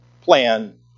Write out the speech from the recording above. plan